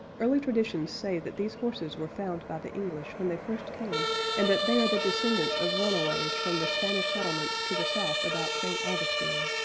early traditions say that these horses were found by the english when they first came and that they are the descendants of runaways from the spanish settlements to the south about st. augustine,